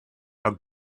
how